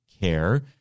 care –